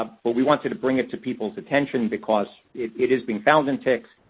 but we wanted to bring it to people's attention because it it is being found in ticks,